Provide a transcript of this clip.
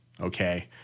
okay